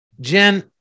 Jen